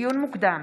לדיון מוקדם,